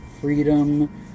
freedom